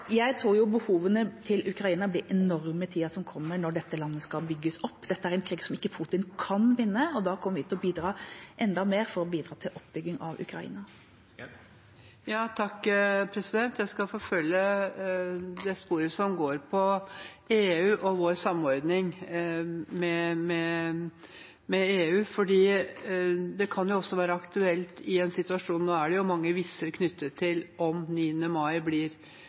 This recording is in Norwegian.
Jeg tror behovene til Ukraina blir enorme i tida som kommer, når dette landet skal bygges opp. Dette er en krig som Putin ikke kan vinne, og da kommer vi til å bidra enda mer for å bidra til oppbyggingen av Ukraina. Ingjerd Schou – til oppfølgingsspørsmål. Jeg skal forfølge det sporet som går på EU og vår samordning med EU. Det er mange «hvis-er» knyttet til om 9. mai vil gi en endring i budskapet fra Putin og Russland. Kan statsråden si noe om